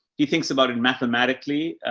he thinks about it mathematically.